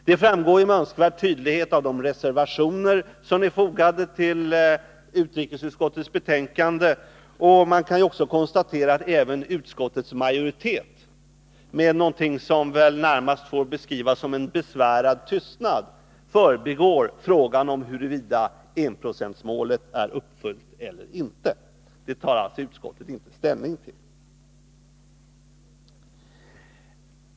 Det framgår med önskvärd tydlighet av de reservationer som är fogade till utrikesutskottets betänkande, och man kan också konstatera att även utskottets majoritet med vad som närmast får beskrivas som en besvärad tystnad förbigår frågan huruvida enprocentsmålet är uppfyllt eller inte.